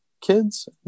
kids